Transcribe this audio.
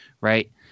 Right